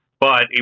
but,